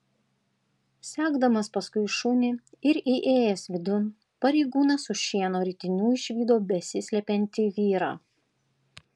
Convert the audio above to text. sekdamas paskui šunį ir įėjęs vidun pareigūnas už šieno ritinių išvydo besislepiantį vyrą